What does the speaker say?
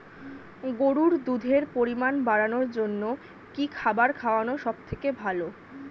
গরুর দুধের পরিমাণ বাড়ানোর জন্য কি খাবার খাওয়ানো সবথেকে ভালো?